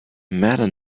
matter